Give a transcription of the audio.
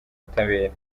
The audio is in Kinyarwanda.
butabera